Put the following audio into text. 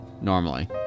normally